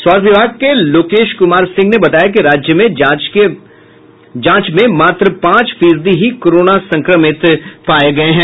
स्वास्थ्य विभाग के सचिव लोकेश कुमार सिंह ने बताया कि राज्य में जांच के मात्र पांच फीसदी हीं कोरोना संक्रमित पाये गये हैं